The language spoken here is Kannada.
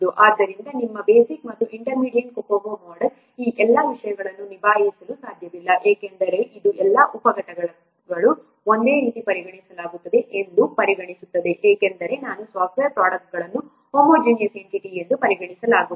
ಆದ್ದರಿಂದ ನಿಮ್ಮ ಬೇಸಿಕ್ ಮತ್ತು ಇಂಟರ್ಮೀಡಿಯೇಟ್ COCOMO ಮೊಡೆಲ್ ಈ ಎಲ್ಲಾ ವಿಷಯಗಳನ್ನು ನಿಭಾಯಿಸಲು ಸಾಧ್ಯವಿಲ್ಲ ಏಕೆಂದರೆ ಇದು ಎಲ್ಲಾ ಉಪ ಘಟಕಗಳನ್ನು ಒಂದೇ ರೀತಿ ಪರಿಗಣಿಸಲಾಗುತ್ತದೆ ಎಂದು ಪರಿಗಣಿಸುತ್ತದೆ ಏಕೆಂದರೆ ಏನು ಸಾಫ್ಟ್ವೇರ್ ಪ್ರಾಡಕ್ಟ್ ಅನ್ನು ಒಂದೇ ಹೊಮೊಜೀನ್ಯಸ್ ಎಂಟಿಟಿ ಎಂದು ಪರಿಗಣಿಸಲಾಗುತ್ತದೆ